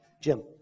Jim